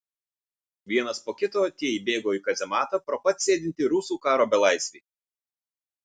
vienas po kito tie įbėgo į kazematą pro pat sėdintį rusų karo belaisvį